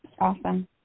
Awesome